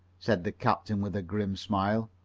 said the captain with a grim smile.